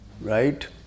Right